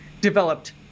developed